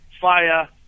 fire